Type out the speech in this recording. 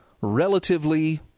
relatively